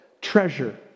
treasure